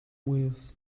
wheels